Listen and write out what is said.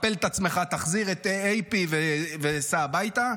קפל את עצמך, תחזיר את AP וסע הביתה.